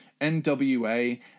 NWA